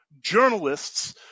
journalists